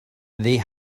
they